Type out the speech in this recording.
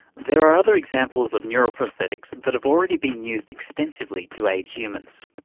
there are other examples of neural prosthetics that have already been used extensively to aid humans.